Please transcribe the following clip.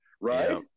Right